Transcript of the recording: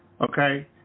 Okay